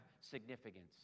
significance